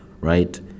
Right